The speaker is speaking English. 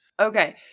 Okay